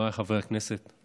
חבריי חברי הכנסת,